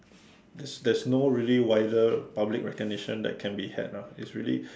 there's there's no really wider public recognition that can be had ah it's really